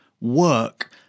Work